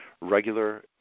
regular